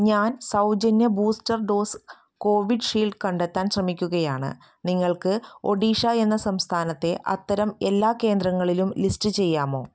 ഞാൻ സൗജന്യ booster dose Covid shield കണ്ടെത്താൻ ശ്രമിക്കുകയാണ് നിങ്ങൾക്ക് ഒഡീഷ എന്ന സംസ്ഥാനത്തെ അത്തരം എല്ലാ കേന്ദ്രങ്ങളിലും ലിസ്റ്റ് ചെയ്യാമോ